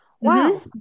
Wow